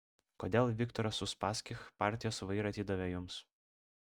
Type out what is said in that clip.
kodėl viktoras uspaskich partijos vairą atidavė jums